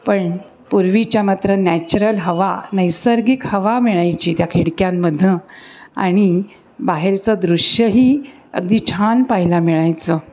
पण पूर्वीच्या मात्र नॅचरल हवा नैसर्गिक हवा मिळायची त्या खिडक्यांमधून आणि बाहेरचं दृश्यही अगदी छान पाहायला मिळायचं